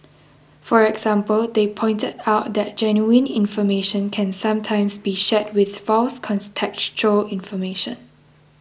for example they pointed out that genuine information can sometimes be shared with false contextual information